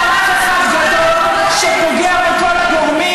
הוא חלק ממהלך אחד גדול שפוגע בכל הגורמים